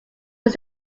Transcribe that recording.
was